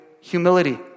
humility